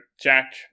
Jack